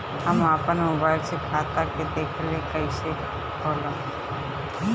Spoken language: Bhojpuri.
हम आपन मोबाइल से खाता के देखेला कइसे खोलम?